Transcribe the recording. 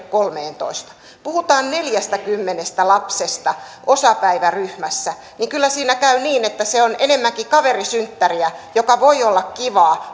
kolmeentoista puhutaan neljästäkymmenestä lapsesta osapäiväryhmässä kyllä siinä käy niin että se on enemmänkin kaverisynttäriä joka voi olla kivaa